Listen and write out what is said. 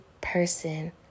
person